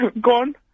Gone